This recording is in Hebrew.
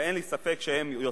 אין לי ספק שהם רוצים